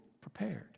prepared